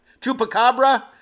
Chupacabra